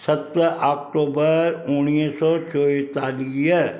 सत अक्टूबर उणिवीह सौ चोएतालीह